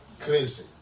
Crazy